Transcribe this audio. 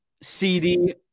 CD